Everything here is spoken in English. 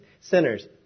sinners